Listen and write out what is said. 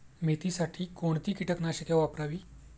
मेथीसाठी कोणती कीटकनाशके वापरावी?